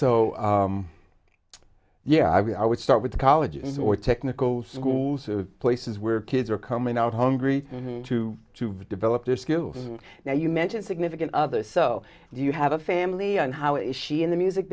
so yeah i mean i would start with the colleges or technical schools the places where kids are coming out hungry to develop their skills and now you mention significant other so you have a family on how is she in the music